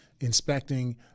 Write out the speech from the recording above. inspecting